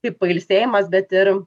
kaip pailsėjimas bet ir